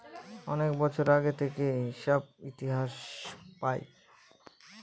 অনেক বছর আগে থেকে হিসাব ইতিহাস পায়